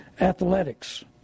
athletics